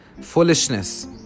foolishness